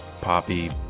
poppy